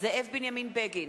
זאב בנימין בגין,